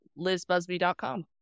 lizbusby.com